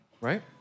right